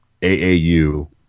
AAU